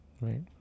right